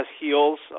heels